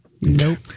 Nope